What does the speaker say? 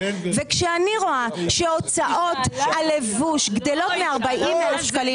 כשאני רואה שהוצאות הלבוש גדלות מ-40,000 שקלים